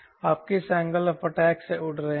आप किस angle of attack से उड़ रहे हैं